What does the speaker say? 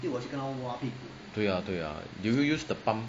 对啊对啊 do you use the pump